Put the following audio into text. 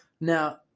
Now